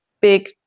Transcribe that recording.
big